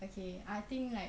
okay I think like